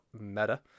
meta